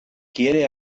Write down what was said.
quiere